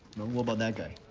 what about that guy?